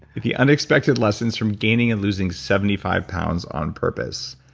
the unexpected lessons from gaining and losing seventy five pounds on purpose.